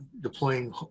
deploying